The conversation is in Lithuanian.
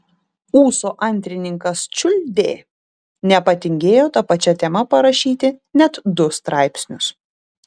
ūso antrininkas čiuldė nepatingėjo ta pačia tema parašyti net du straipsnius